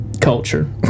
culture